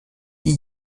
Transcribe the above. die